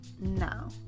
no